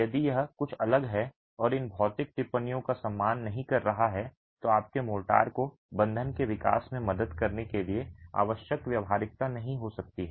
यदि यह कुछ अलग है और इन भौतिक टिप्पणियों का सम्मान नहीं कर रहा है तो आपके मोर्टार को बंधन के विकास में मदद करने के लिए आवश्यक व्यावहारिकता नहीं हो सकती है